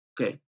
Okay